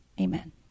Amen